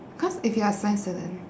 cause if you're a science student